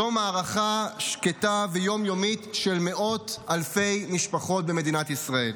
זו מערכה שקטה ויום-יומית של מאות אלפי משפחות במדינת ישראל.